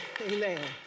Amen